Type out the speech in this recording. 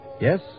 Yes